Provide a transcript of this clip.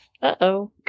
Uh-oh